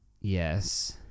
Yes